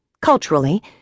culturally